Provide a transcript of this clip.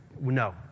no